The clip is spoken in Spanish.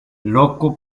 loco